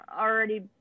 already